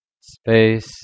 space